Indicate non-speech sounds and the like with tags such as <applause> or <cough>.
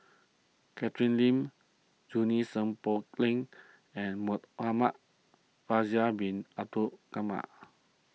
Catherine Lim Junie Sng Poh Leng and Muhamad Faisal Bin Abdul <unintelligible>